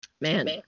Man